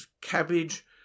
cabbage